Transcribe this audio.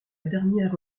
dernière